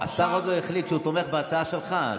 השר עוד לא החליט שהוא תומך בהצעה שלך.